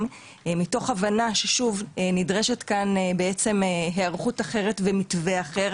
מתוך הבנה שנדרשת כאן היערכות אחרת ומתווה אחר.